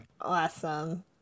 Awesome